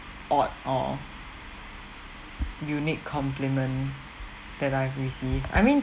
odd or unique compliment that I've received I mean